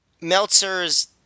Meltzer's